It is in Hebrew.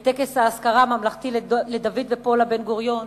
אמר בטקס האזכרה הממלכתי לדוד ופולה בן-גוריון,